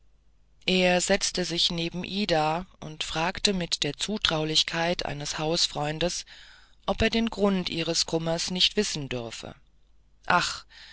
er setzte sich neben ida und fragte mit der zutraulichkeit eines hausfreundes ob er den grund ihres kummers nicht wissen dürfe ach